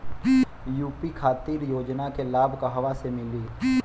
UP खातिर के योजना के लाभ कहवा से मिली?